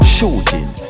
Shooting